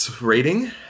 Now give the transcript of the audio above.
rating